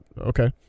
okay